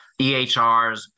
EHRs